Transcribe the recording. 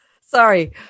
Sorry